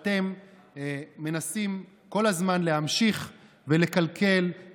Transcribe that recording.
"אשת ראש הממשלה לובשת מותג ישראלי